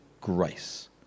grace